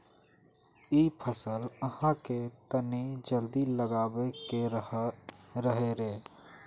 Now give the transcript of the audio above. इ फसल आहाँ के तने जल्दी लागबे के रहे रे?